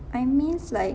I miss like